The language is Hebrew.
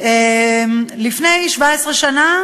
לפני 17 שנה